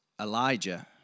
Elijah